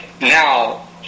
now